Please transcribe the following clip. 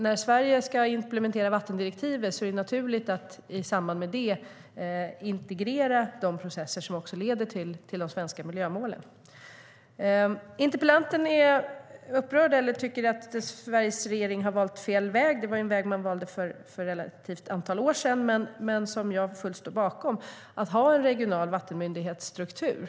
När Sverige ska implementera vattendirektivet är det naturligt att i samband med det integrera de processer som leder till de svenska miljömålen. Interpellanten tycker att Sveriges regering har valt fel väg. Det var en väg som man valde för ett antal år sedan, men som jag fullt står bakom, att ha en regional vattenmyndighetsstruktur.